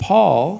Paul